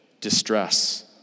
distress